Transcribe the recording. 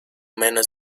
menos